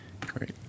Great